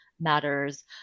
matters